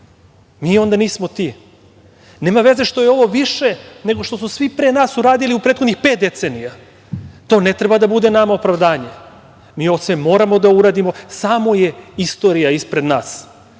Mi onda nismo ti. Nema veze što je ovo više nego što su pre nas uradili u prethodnih pet decenija, to ne treba nama da bude opravdanje. Mi ovo sve moramo da uradimo, samo je istorija ispred nas.